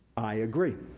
i agree,